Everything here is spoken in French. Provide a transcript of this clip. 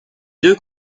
deux